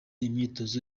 imyitozo